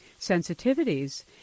sensitivities